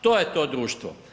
To je to društvo.